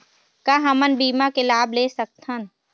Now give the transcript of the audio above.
का हमन बीमा के लाभ ले सकथन?